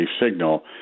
signal